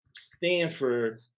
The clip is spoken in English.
Stanford